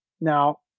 Now